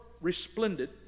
resplendent